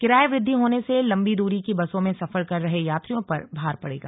किराये वृद्धि होने से लंबी द्री की बसों में सफर कर रहे यात्रीयों पर भार पड़ेगा